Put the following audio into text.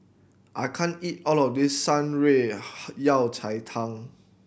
I can't eat all of this Shan Rui Yao Cai Tang